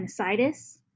sinusitis